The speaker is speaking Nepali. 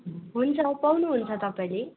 हुन्छ पाउनु हुन्छ तपाईँले